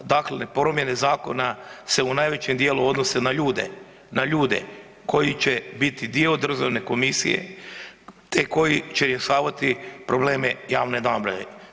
Dakle, promjene zakona se u najvećem dijelu odnose na ljude, na ljude koji će biti dio državne komisije te koji će rješavati probleme javne nabave.